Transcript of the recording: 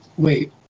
Wait